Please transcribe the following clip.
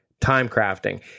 timecrafting